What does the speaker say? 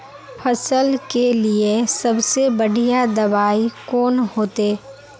फसल के लिए सबसे बढ़िया दबाइ कौन होते?